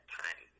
time